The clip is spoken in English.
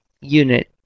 unit